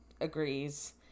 agrees